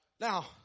Now